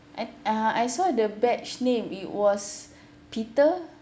I uh I saw the badge name it was peter